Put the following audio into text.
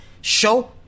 Show